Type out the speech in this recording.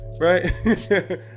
right